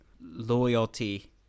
loyalty